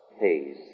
pays